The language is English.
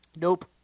Nope